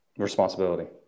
Responsibility